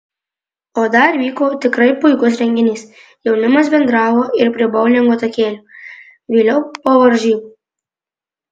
o dar vyko tikrai puikus renginys jaunimas bendravo ir prie boulingo takelių vėliau po varžybų